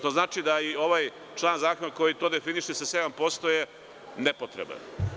To znači da i ovaj član zakona koji to definiše sa 7% je nepotreban.